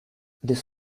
that